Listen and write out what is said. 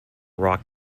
rock